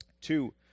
Two